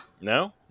No